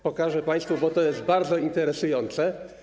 Pokażę państwu, bo to jest bardzo interesujące.